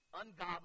ungodly